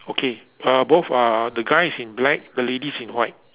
okay uh both are the guy is in black the lady is in white